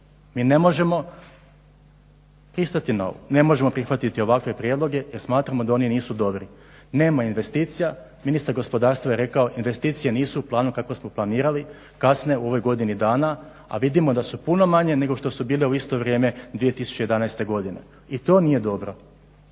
Ne možemo prihvatiti ovakve prijedloge jer smatramo da oni nisu dobri. Nema investicija. Ministar gospodarstva je rekao investicije nisu u planu kako smo planirali, kasne u ovoj godini dana, a vidimo da su puno manje nego što su bile u isto vrijeme 2011. godine. I to nije dobro.